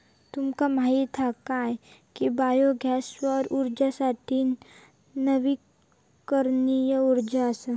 तुमका माहीत हा काय की बायो गॅस सौर उर्जेसारखी नवीकरणीय उर्जा असा?